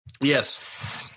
yes